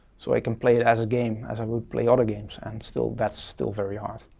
so i can play it as a game, as i would play other games, and still, that's still very hard.